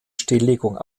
stilllegung